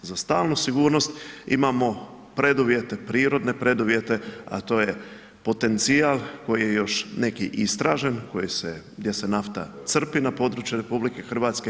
Za stalnu sigurnost imamo preduvjete, prirodne preduvjete, a to je potencijal koji je još neki i istražen, koji se, gdje se nafta crpi na području RH.